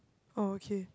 oh okay